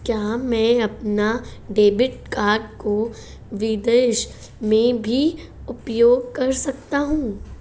क्या मैं अपने डेबिट कार्ड को विदेश में भी उपयोग कर सकता हूं?